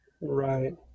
Right